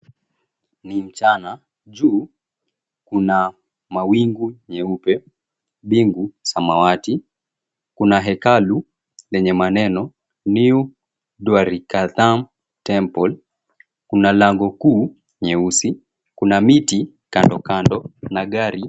Ni mchana. Juu kuna mawingu nyeupe, mbingu samawati. Kuna hekalu lenye maneno New Dwarikadham Temple . Kuna lango kuu nyeusi. Kuna miti kando kando na gari.